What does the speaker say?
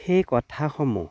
সেই কথাসমূহ